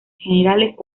generales